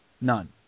None